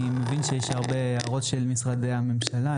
אני מבין שיש למשרדי הממשלה הרבה הערות,